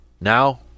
Now